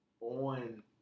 on